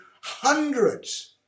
hundreds